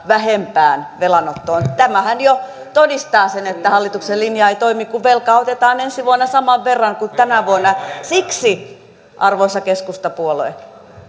vähempään velanottoon tämähän jo todistaa sen että hallituksen linja ei toimi kun velkaa otetaan ensi vuonna saman verran kuin tänä vuonna siksi arvoisa keskustapuolue